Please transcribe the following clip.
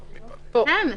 אין.